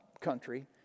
country